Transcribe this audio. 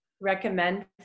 recommend